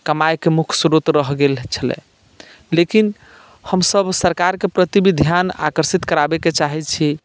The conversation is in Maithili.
कमाइके मुख्य श्रोत रहि गेल छलै लेकिन हमसभ सरकारके प्रति भी ध्यान आकर्षित कराबयके चाहैत छी